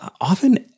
often